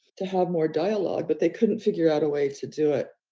to have more dialogue, but they couldn't figure out a way to do it.